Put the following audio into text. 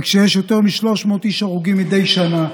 וכשיש יותר מ-300 איש הרוגים מדי שנה,